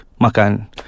makan